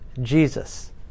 Jesus